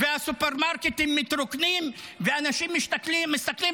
הסופרמרקטים מתרוקנים ואנשים מסתכלים